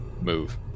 move